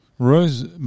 Rose